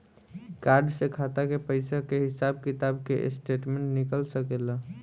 Card से खाता के पइसा के हिसाब किताब के स्टेटमेंट निकल सकेलऽ?